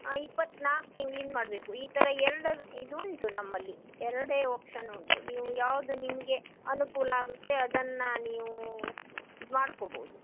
ಇಪ್ಪತ್ತನಾಲ್ಕು ತಿಂಗ್ಳಿಂದ ಮಾಡಬೇಕು ಈ ಥರ ಎರಡು ಇದುಂಟು ನಮ್ಮಲ್ಲಿ ಎರಡೆ ಆಪ್ಷನ್ ಉಂಟು ನೀವು ಯಾವುದು ನಿಮಗೆ ಅನುಕೂಲ ಆಗುತ್ತೆ ಅದನ್ನು ನೀವು ಇದು ಮಾಡ್ಕೊಬೋದು